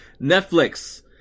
netflix